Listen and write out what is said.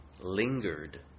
lingered